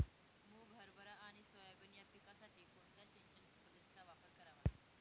मुग, हरभरा आणि सोयाबीन या पिकासाठी कोणत्या सिंचन पद्धतीचा वापर करावा?